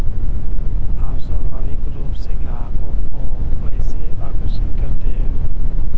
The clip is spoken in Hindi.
आप स्वाभाविक रूप से ग्राहकों को कैसे आकर्षित करते हैं?